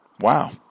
wow